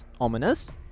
Ominous